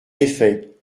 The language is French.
effet